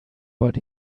but